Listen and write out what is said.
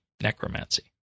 necromancy